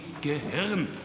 Gehirn